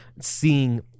seeing